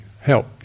help